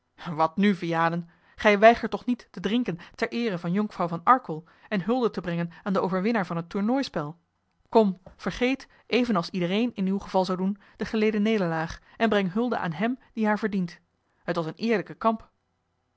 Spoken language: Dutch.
wat nu vianen gij weigert toch niet te drinken ter eere van jonkvrouw van arkel en hulde te brengen aan den overwinnaar van het tournooispel kom vergeet evenals iedereen in uw geval zou doen de geleden nederlaag en breng hulde aan hem die haar verdient t was een eerlijke kamp